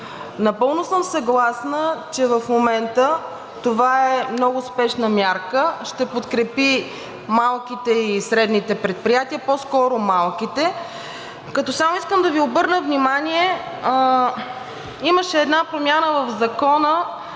Напълно съм съгласна, че в момента това е много спешна мярка – ще подкрепи малките и средните предприятия, по-скоро малките. Само искам да Ви обърна внимание – имаше една промяна в Закона,